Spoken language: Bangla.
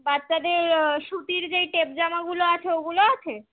বাচ্চাদের সুতির যেই টেপ জামাগুলো আছে ওগুলো আছে